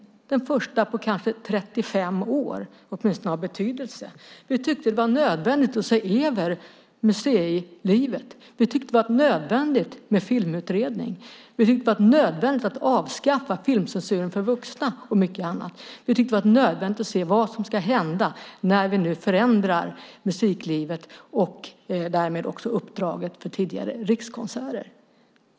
Det var den första på kanske 35 år, åtminstone den första av betydelse. Vi tyckte att det var nödvändigt att se över museilivet. Vi tyckte att det var nödvändigt med en filmutredning. Vi tyckte att det var nödvändigt att avskaffa filmcensuren för vuxna och mycket annat. Vi tyckte att det var nödvändigt att se vad som ska hända när vi nu förändrar musiklivet och därmed också uppdraget för tidigare Rikskonserter.